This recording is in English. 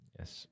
yes